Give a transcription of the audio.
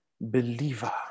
believer